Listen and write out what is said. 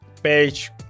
page